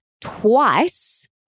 twice